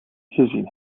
gezien